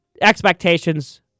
expectations